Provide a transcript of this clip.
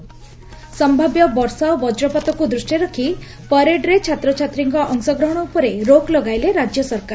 ସମ୍ଠାବ୍ୟ ବର୍ଷା ଓ ବକ୍ରପାତକୁ ଦୃଷ୍ଟିରେ ରଖ୍ ପରେଡରେ ଛାତ୍ରଛାତ୍ରୀଙ୍କ ଅଂଶଗ୍ରହଶ ଉପରେ ରୋକ ଲଗାଇଲେ ରାଜ୍ୟ ସରକାର